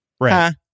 Right